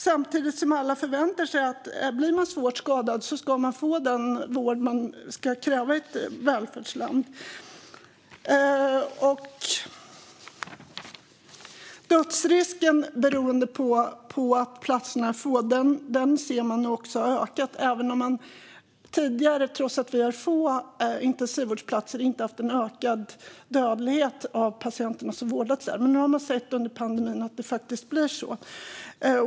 Samtidigt förväntar sig alla att om man blir svårt skadad ska man få den vård man kan kräva i ett välfärdsland. Risken att dö på grund av att platserna är för få har nu ökat. Tidigare har vi inte haft en ökad dödlighet bland de patienter som intensivvårdats trots att intensivvårdsplatserna varit få. Under pandemin har man dock kunnat se att det blivit så.